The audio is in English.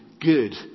good